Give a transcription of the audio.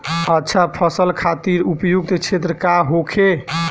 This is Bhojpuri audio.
अच्छा फसल खातिर उपयुक्त क्षेत्र का होखे?